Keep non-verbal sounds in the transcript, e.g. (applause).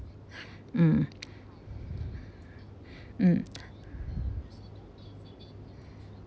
mm mm (noise)